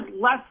less